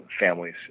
families